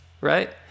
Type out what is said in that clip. right